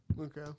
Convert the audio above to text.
Okay